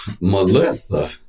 Melissa